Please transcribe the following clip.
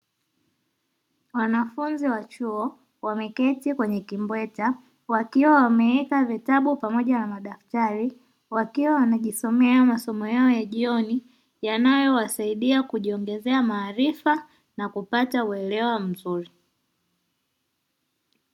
Wanafunzi wa chuo wameketi kwenye kibweta wakiwa wameweka vitabu pamoja na madaftari wakiwa wanajisomea masomo yao ya jioni, yanaoyowasaidia kujiongezea maarifa na kupata uwelewa mzuri.